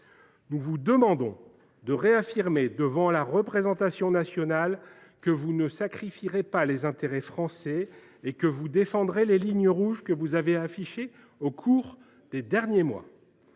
nous vous demandons de réaffirmer devant la représentation nationale que vous ne sacrifierez pas les intérêts français et que vous défendrez les lignes rouges qui ont été proclamées au cours des derniers mois.